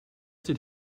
did